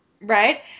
Right